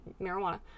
marijuana